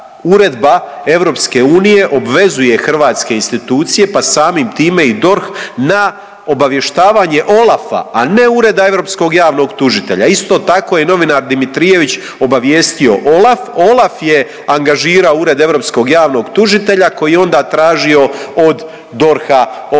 uredba EU odvezuje hrvatske institucije, pa samim time i DORH na obavještavanje OLAF-a, a ne Ureda europskog javnog tužitelja, isto tako je novinar Dimitrijević obavijestio OLAF, OLAF je angažirao Ured europskog javnog tužitelja koji je onda tražio od DORH-a ovaj